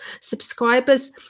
subscribers